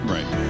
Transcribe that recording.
Right